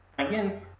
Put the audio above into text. Again